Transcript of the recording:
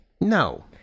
No